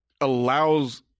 allows